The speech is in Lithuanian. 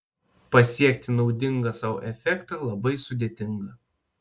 pasiekti naudingą sau efektą labai sudėtinga